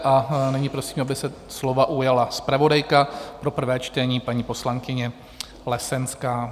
A nyní prosím, aby se slova ujala zpravodajka pro prvé čtení, paní poslankyně Lesenská.